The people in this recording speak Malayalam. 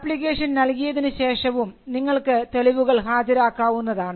അപ്ലിക്കേഷൻ നൽകിയതിനു ശേഷവും നിങ്ങൾക്ക് തെളിവുകൾ ഹാജരാക്കാവുന്നതാണ്